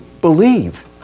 believe